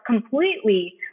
completely